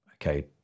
Okay